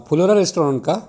फुलोरा रेस्टोरंट का